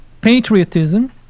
patriotism